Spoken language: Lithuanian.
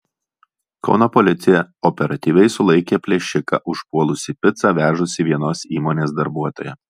kauno policija operatyviai sulaikė plėšiką užpuolusį picą vežusį vienos įmonės darbuotoją